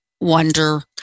wonder